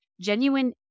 genuine